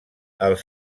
els